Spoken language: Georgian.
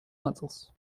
ნაწილს